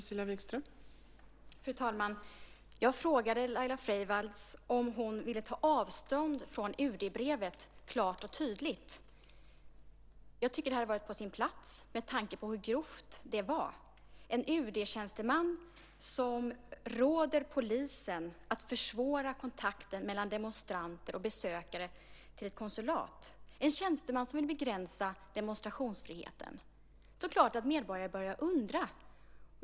Fru talman! Jag frågade Laila Freivalds om hon ville ta avstånd från UD-brevet klart och tydligt. Det hade varit på sin plats med tanke på hur grovt det var. Det är en UD-tjänsteman som råder polisen att försvåra kontakten mellan demonstranter och besökare till ett konsulat. Det är en tjänsteman som vill begränsa demonstrationsfriheten. Det är klart att medborgarna börjar undra.